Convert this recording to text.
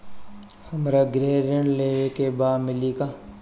हमरा गृह ऋण लेवे के बा मिली का?